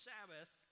Sabbath